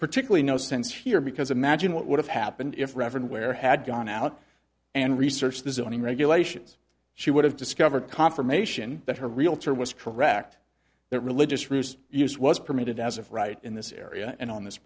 particularly no sense here because imagine what would have happened if reverend ware had gone out and researched the zoning regulations she would have discovered confirmation that her realtor was correct that religious ruse use was permitted as of right in this area and on this